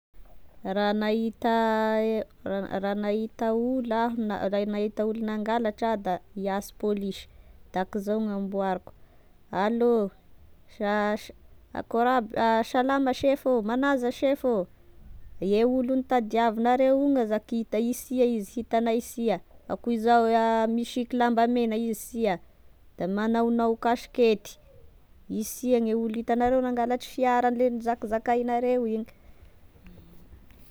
Raha nahita raha na- raha nahita olo a na raha nahita olo nangalatra ah da hianso pôlisy da akoa zao no amboariko: allô zash akory aby salama sefo ô manaza sefo ô e olo nitadiavinareo i ogno aza ky da isia izy hitanay isia akoa izao misiky lamba megna isia da magnaonao kasikety isia gne olo hitanareo nangalatry fiara le nozakizakainareo igny.